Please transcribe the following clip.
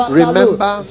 remember